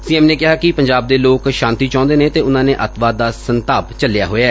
ਸੀ M ਨੇ ਕਿਹਾ ਕਿ ਪੰਜਾਬ ਦੇ ਲੋਕ ਸ਼ਾਂਤੀ ਚਾਹੁੰਦੇ ਨੇ ਤੇ ਉਨੂਾਂ ਨੇ ਐਤਵਾਦ ਦਾ ਸੰਤਾਪ ਝੱਲਿਆ ਹੋਇਐ